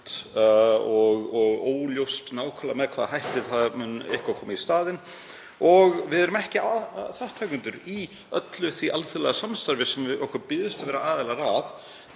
og óljóst nákvæmlega með hvaða hætti eitthvað mun koma í staðinn. Við erum ekki þátttakendur í öllu því alþjóðlega samstarfi sem okkur býðst að vera aðilar